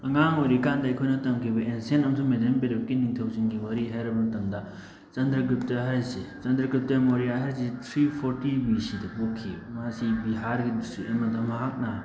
ꯑꯉꯥꯡ ꯑꯣꯏꯔꯤꯀꯥꯟꯗ ꯑꯩꯈꯣꯏꯅ ꯇꯝꯈꯤꯕ ꯑꯦꯁꯤꯌꯟ ꯑꯃꯁꯨꯡ ꯃꯦꯗꯕꯦꯜ ꯄꯦꯔꯠꯀꯤ ꯅꯤꯡꯊꯧꯁꯤꯡꯒꯤ ꯋꯥꯔꯤ ꯍꯥꯏꯔ ꯃꯇꯝꯗ ꯆꯟꯗ꯭ꯔꯒꯨꯞꯇ ꯍꯥꯏꯔꯤꯁꯦ ꯆꯟꯗ꯭ꯔꯒꯨꯞꯇ ꯃꯧꯔꯤꯌꯥ ꯍꯥꯏꯔꯤꯁꯦ ꯊ꯭ꯔꯤ ꯐꯣꯔꯇꯤ ꯕꯤ ꯁꯤꯗ ꯄꯣꯛꯈꯤꯕ ꯃꯥꯁꯤ ꯕꯤꯍꯥꯔꯒꯤ ꯗꯤꯁꯇ꯭ꯔꯤꯛ ꯑꯃꯗ ꯃꯍꯥꯛꯅ